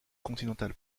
continentales